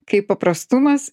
kaip paprastumas